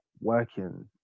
working